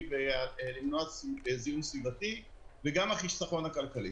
למנוע זיהום סביבתי וגם החיסכון הכלכלי.